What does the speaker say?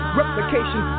replication